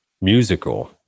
musical